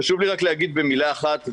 חשוב לי לומר במילה אחת,